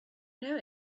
know